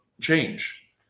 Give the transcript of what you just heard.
change